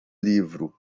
livro